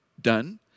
done